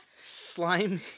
Slimy